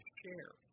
share